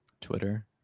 Twitter